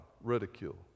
ridicule